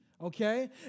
Okay